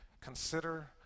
consider